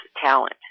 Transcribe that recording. talent